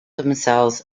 themselves